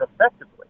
effectively